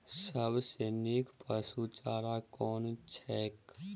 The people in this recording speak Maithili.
सबसँ नीक पशुचारा कुन छैक?